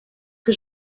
que